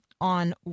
On